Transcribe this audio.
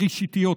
בראשיתיות,